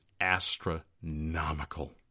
astronomical